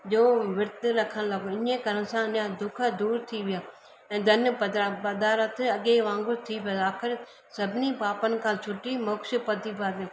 जो विर्त रखण लॻो इन ई कारण सां उन जा दुखु दूरि थी विया ऐं धन बदरां वधारत अॻिए वांगुरु थी विया आखिर सभिनी पापनि खां छुटी मोक्ष